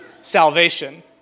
salvation